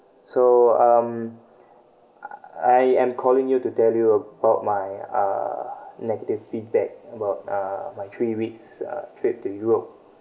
so um I am calling you to tell you about my uh negative feedback about uh my three weeks uh trip to europe